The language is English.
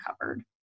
covered